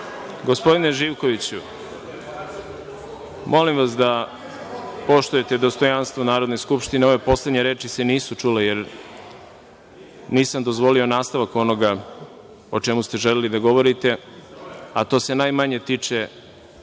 Gospodine Živkoviću, molim vas da poštujete dostojanstvo Narodne skupštine. Ove poslednje reči se nisu čule jer nisam dozvolio nastavak onoga o čemu ste želeli da govorite, a to se najmanje tiče